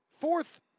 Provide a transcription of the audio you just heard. fourth